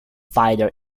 fighter